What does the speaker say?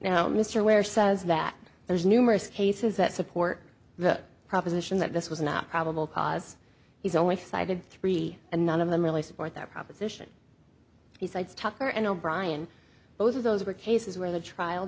now mr ware says that there's numerous cases that support the proposition that this was not probable cause he's only cited three and none of them really support that proposition besides tucker and o'brien both of those were cases where the trial